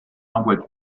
envoient